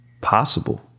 possible